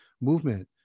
movement